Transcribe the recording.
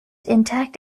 intact